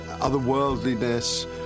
otherworldliness